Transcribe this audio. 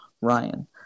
Ryan